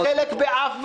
לא ניקח חלק באף ועדה.